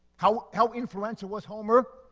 how how influential was homer?